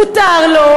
מותר לו,